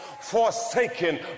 forsaken